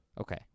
okay